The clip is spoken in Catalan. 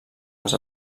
les